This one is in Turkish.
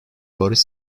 barış